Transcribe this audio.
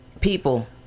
people